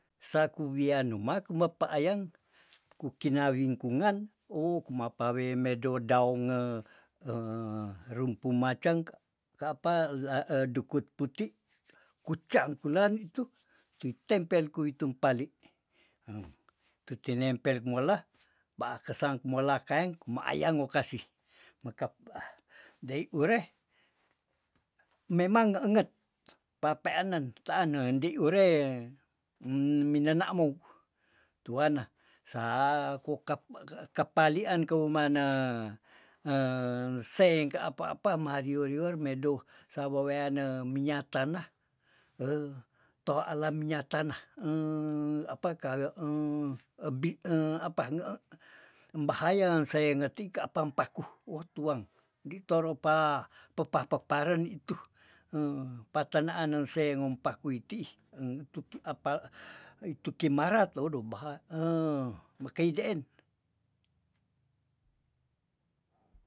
Saku wianu maku mepe ayang kukinawing kungan oh kumapa wemedo daong nge rumpu macang ka pa lela eh dukut puti kucang kulan itu pi tempel kuitung pali tutinempel kumola ba kesang kumola kaeng kuma ayang ngokasih mekep dei ure memang enget papeanen ta anen di ureh minanamou tuana sa kokap ka- kapalian keumane seng ka apa apa marior- rior medo sawo weane minya tanah heh toa ala minya tanah apa kawe ebi apa nge eh bahaya se engetika apang paku otuang di toro pa pepa peparen itu heh patenaan nense ngompa kuitiih entutu apa itu kimarat odoh baha mekeideen.